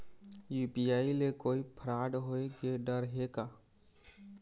UPI ले कोई fraud होए के डर हे का?